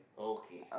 okay